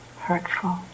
hurtful